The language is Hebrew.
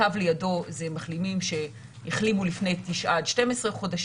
הקו לידו אלה מחלימים שהחלימו לפני 9 12 חודשים,